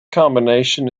combination